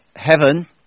heaven